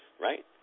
right